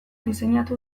diseinatu